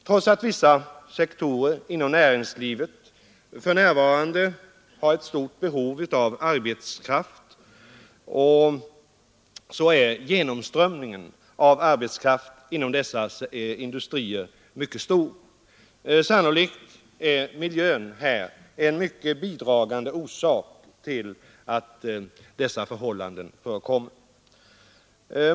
Trots att vissa sektorer inom näringslivet för närvarande har ett stort behov av arbetskraft är genomströmningen av arbetskraft inom ifrågavarande industrier mycket stor. Sannolikt är miljön en starkt bidragande orsak till dessa förhållanden.